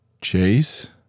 Chase